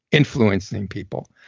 influencing people,